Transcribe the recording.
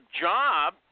job